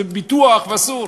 זה ביטוח ואסור.